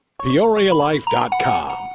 PeoriaLife.com